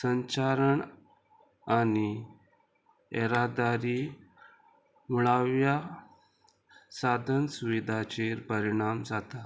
संचारण आनी येरादारी मुळाव्या साधन सुविधाचेर परिणाम जाता